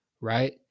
right